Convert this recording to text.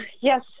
Yes